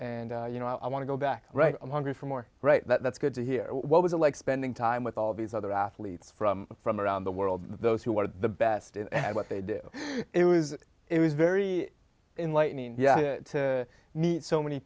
and you know i want to go back right i'm hungry for more right that's good to hear what was it like spending time with all these other athletes from from around the world those who are the best at what they do it was it was very enlightening yeah to meet so many